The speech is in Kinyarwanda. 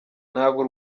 ntabwo